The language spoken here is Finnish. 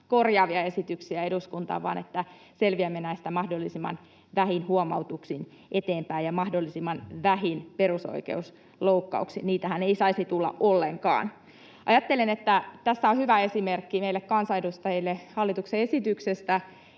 korjaavia esityksiä eduskuntaan, vaan että selviämme näistä mahdollisimman vähin huomautuksin eteenpäin ja mahdollisimman vähin perusoikeusloukkauksin — niitähän ei saisi tulla ollenkaan. Ajattelen, että tässä on hyvä esimerkki meille kansanedustajille hallituksen esityksestä,